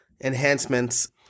enhancements